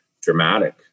dramatic